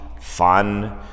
fun